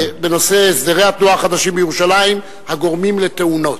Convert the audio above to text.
הסדרי התנועה החדשים בירושלים הגורמים לתאונות.